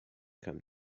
come